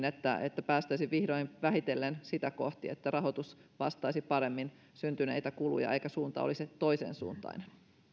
että että päästäisiin vihdoin vähitellen sitä kohti että rahoitus vastaisi paremmin syntyneitä kuluja eikä suunta olisi toisensuuntainen